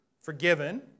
forgiven